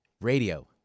Radio